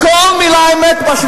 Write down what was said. כל מלה אמת, מה שאני אומר.